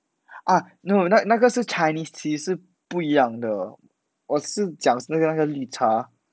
uh no 那那个个是 chinese tea 是不一样的我是讲那个那个绿茶